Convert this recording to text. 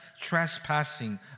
trespassing